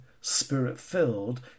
spirit-filled